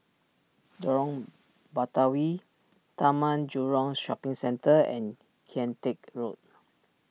Lorong Batawi Taman Jurong Shopping Centre and Kian Teck Road